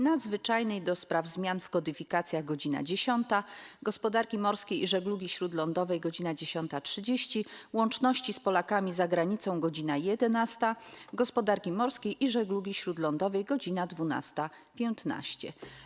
Nadzwyczajnej do spraw zmian w kodyfikacjach - godz. 10, - Gospodarki Morskiej i Żeglugi Śródlądowej - godz. 10.30, - Łączności z Polakami za Granicą - godz. 11, - Gospodarki Morskiej i Żeglugi Śródlądowej - godz. 12.15.